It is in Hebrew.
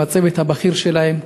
עם הצוות הבכיר שלהם,